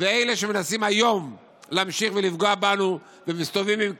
ואלה שמנסים היום להמשיך ולפגוע בנו ומסתובבים עם כיפה,